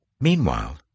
Meanwhile